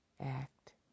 Act